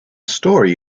story